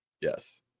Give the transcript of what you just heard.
Yes